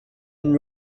and